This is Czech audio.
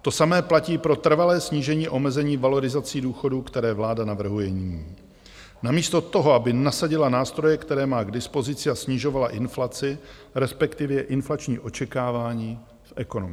To samé platí pro trvalé snížení valorizací důchodů, které vláda navrhuje nyní namísto toho, aby nasadila nástroje, které má k dispozici a snižovala inflaci, respektive inflační očekávání v ekonomice.